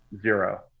zero